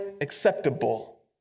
acceptable